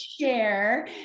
share